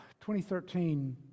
2013